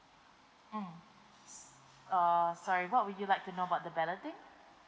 mm err sorry what would you like to know about the balloting